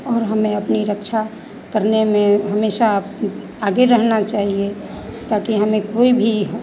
और हमें अपनी रक्षा करने में हमेशा आगे रहना चाहिए ताकी हमें कोई भी ह